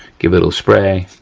give a little spray,